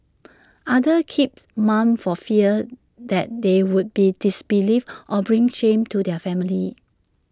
others keep mum for fear that they would be disbelieved or bring shame to their family